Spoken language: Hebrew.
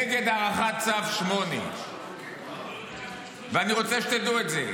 נגד הארכת צו 8. ואני רוצה שתדעו את זה.